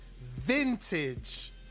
vintage